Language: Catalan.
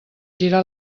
girar